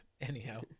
Anyhow